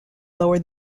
lower